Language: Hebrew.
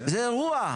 זה אירוע.